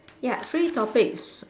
ya three topics